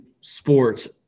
sports